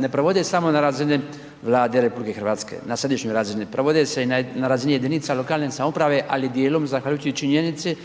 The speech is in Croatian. ne provode samo na razini Vlade RH, na središnjoj razini, provode se i na razini jedinica lokalne samouprave ali djelom zahvaljujući i činjenici